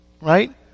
Right